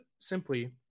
simply